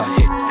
hit